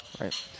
Right